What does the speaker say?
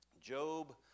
Job